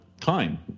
time